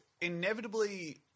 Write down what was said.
inevitably